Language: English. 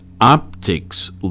optics